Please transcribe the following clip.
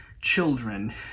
children